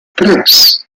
tres